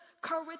courage